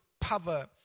power